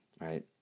right